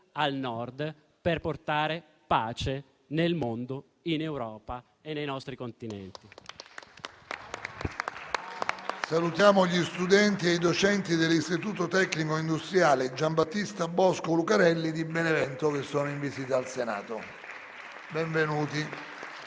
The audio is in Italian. al Nord, per portare pace nel mondo, in Europa e nei nostri Continenti.